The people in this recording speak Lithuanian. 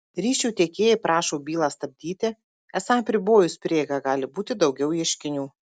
ryšio tiekėjai prašo bylą stabdyti esą apribojus prieigą gali būti daugiau ieškinių